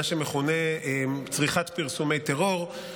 מה שמכונה צריכת פרסומי טרור.